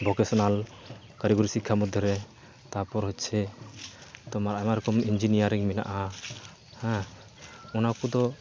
vocational ᱠᱟᱨᱤᱜᱚᱨᱤ ᱥᱤᱠᱠᱷᱟ ᱢᱚᱫᱽᱫᱷᱮᱨᱮ ᱛᱟᱯᱚᱨ ᱦᱚᱪᱪᱷᱮ ᱛᱳᱢᱟᱨ ᱟᱭᱢᱟ ᱨᱚᱠᱚᱢ ᱤᱧᱡᱤᱱᱤᱭᱟᱨᱤᱝ ᱢᱮᱱᱟᱜᱼᱟ ᱦᱮᱸ ᱚᱱᱟ ᱠᱚᱫᱚ